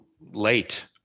late